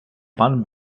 пан